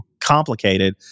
complicated